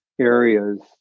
areas